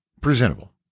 Presentable